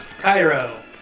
Cairo